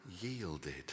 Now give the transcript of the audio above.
yielded